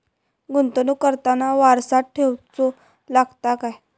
गुंतवणूक करताना वारसा ठेवचो लागता काय?